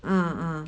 ah ah